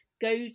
go